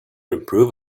improve